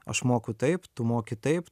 aš moku taip tu moki taip